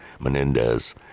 Menendez